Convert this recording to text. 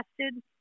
tested